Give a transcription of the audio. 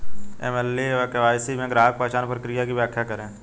AML या KYC में ग्राहक पहचान प्रक्रिया की व्याख्या करें?